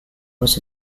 was